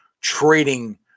trading